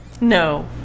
no